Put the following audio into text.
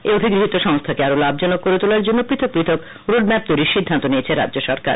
এই অধিগৃহীত সংস্থাকে আরো লাভ জনক করে তোলার জন্য পৃথক পৃথক রোডম্যাপ তৈরির সিদ্ধান্ত নিয়েছে রাজ্য সরকার